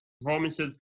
performances